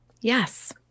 Yes